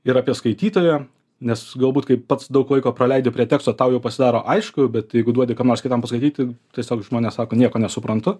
ir apie skaitytoją nes galbūt kaip pats daug laiko praleidi prie teksto tau jau pasidaro aišku bet jeigu duodi kam nors kitam paskaityti tiesiog žmonės sako nieko nesuprantu